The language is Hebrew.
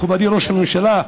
מכובדי ראש הממשלה,